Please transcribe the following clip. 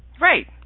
Right